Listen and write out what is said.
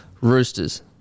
Roosters